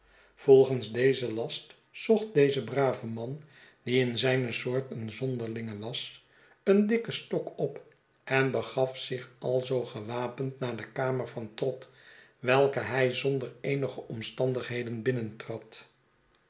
volgens dezen last zocht deze brave man die in zyne soort een zonderlinge was een dikken stok op en begaf zich alzoo gewapend nar de kaxuer an tvott vjeyke yvij xoxvder eenige omstandigheden